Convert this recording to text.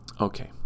okay